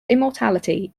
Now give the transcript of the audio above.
immortality